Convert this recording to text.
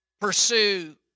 pursue